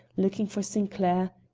looking for sinclair.